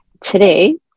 Today